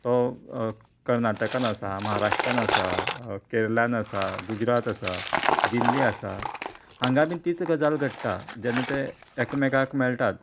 तो कर्नाटकांत आसा महाराष्ट्रांत आसा केरळांत आसा गुजरात आसा दिल्ली आसा हांगा बी तिच गजाल घडटा जेन्ना ते एकमेकाक मेळटात